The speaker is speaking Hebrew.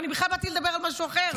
אבל בכלל באתי לדבר על משהו אחר.